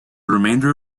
remainder